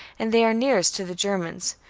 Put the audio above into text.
and they are nearest to the germans,